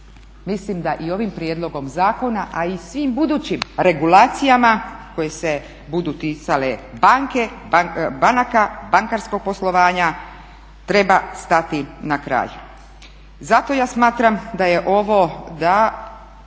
mislim da i ovim prijedlogom zakona, a i svim budućim regulacijama koje se budu ticale banaka, bankarskog poslovanja treba stati na kraj. Zato ja smatram da su ovi